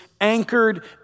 anchored